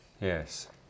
Yes